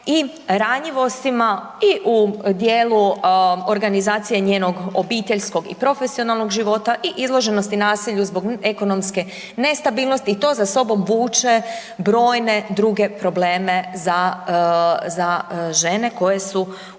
i ranjivostima i u dijelu organizacije njenog obiteljskog i profesionalnog života i izloženosti nasilju zbog ekonomske nestabilnosti i to za sobom vuče brojne druge probleme za žene koje su u većini